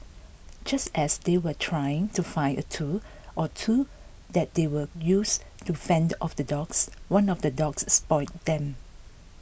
just as they were trying to find a tool or two that they would use to fend off the dogs one of the dogs spotted them